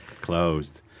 closed